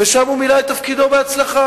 ושם הוא מילא את תפקידו בהצלחה